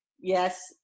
yes